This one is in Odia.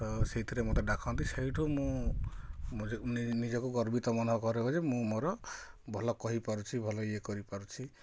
ତ ସେଇଥିରେ ମୋତେ ଡାକନ୍ତି ସେଇଠାରୁ ମୁଁ ନିଜକୁ ଗର୍ବିତ ମାନେ କରେ ବୋଲି ମୁଁ ମୋର ଭଲ କହିପାରୁଛି ଭଲ ଇଏ କରିପାରୁଛି